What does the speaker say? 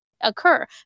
occur